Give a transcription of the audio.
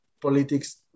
politics